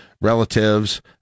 relatives